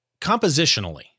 compositionally